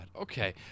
Okay